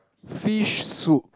fish soup